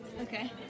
Okay